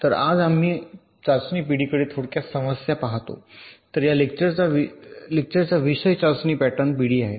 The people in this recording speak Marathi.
तर आज आम्ही चाचणी पिढीकडे थोडक्यात समस्या पाहतो तर या लेक्चरचा विषय चाचणी पॅटर्न पिढी आहे